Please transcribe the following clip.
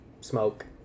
smoke